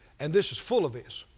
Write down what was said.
and this is full of this.